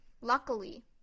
luckily